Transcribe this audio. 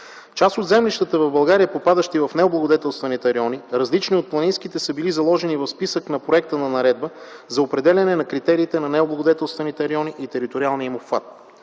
Част от землищата в България, попадащи в необлагодетелстваните райони, различни от планинските, са били заложени в списък на проект на Наредба за определяне на критериите на необлагодетелстваните райони и териториалния им обхват.